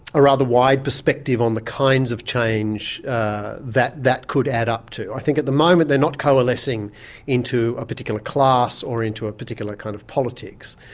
a rather wide perspective on the kinds of change that that could add up to, i think at the moment they're not coalescing into a particular class or into a particular kind of politics.